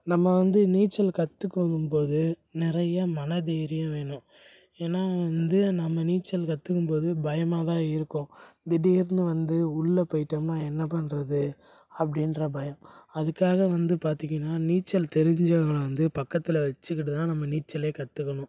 நம்ம வந்து நீச்சல் கற்றுக்கும் போது நிறைய மனதைரியம் வேணும் ஏன்னால் வந்து நம்ம நீச்சல் கற்றுக்கும் போது பயமாக் தான் இருக்கும் திடீர்னு வந்து உள்ளே போயிட்டோம்னால் என்ன பண்ணுறது அப்படின்ற பயம் அதுக்காக வந்து பார்த்திங்கனா நீச்சல் தெரிஞ்சவங்களை வந்து பக்கத்தில் வச்சுக்கிட்டு தான் நம்ம நீச்சலே கற்றுக்கணும்